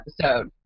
episode